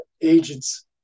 agents